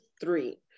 three